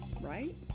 right